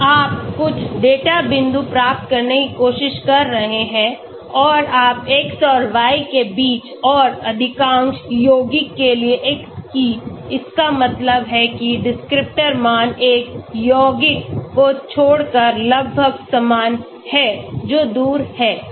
आप कुछ डेटा बिंदु प्राप्त करने की कोशिश कर रहे हैं और आप x और y के बीच और अधिकांश यौगिकों के लिए x की इसका मतलब है कि डिस्क्रिप्टर मान एक यौगिक को छोड़कर लगभग समान हैं जो दूर है